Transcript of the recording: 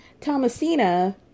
Thomasina